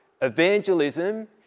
Evangelism